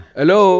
Hello